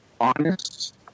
honest